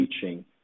teaching